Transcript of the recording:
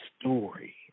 story